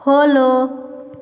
follow